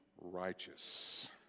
righteous